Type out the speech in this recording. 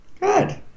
Good